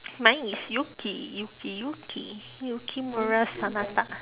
mine is yuki yuki yuki yukimura sanada